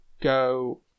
go